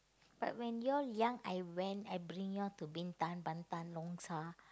but when you all young I went I bring you all to Bintan Batam Nongsa